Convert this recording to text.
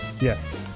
Yes